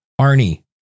Arnie